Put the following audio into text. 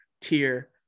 tier